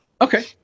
Okay